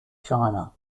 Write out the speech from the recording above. china